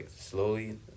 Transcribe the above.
slowly